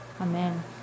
Amen